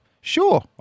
Sure